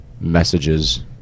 messages